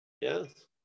Yes